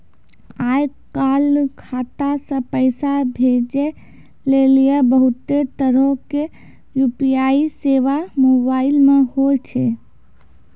आय काल खाता से पैसा भेजै लेली बहुते तरहो के यू.पी.आई सेबा मोबाइल मे होय छै